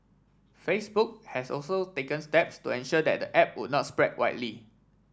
Facebook has also taken steps to ensure that the app would not spread widely